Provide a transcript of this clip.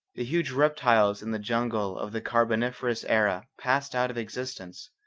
the huge reptiles in the jungle of the carboniferous era passed out of existence.